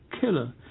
killer